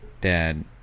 dad